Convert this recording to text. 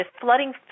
flooding